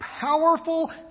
powerful